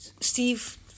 Steve